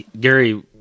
Gary